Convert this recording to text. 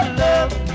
love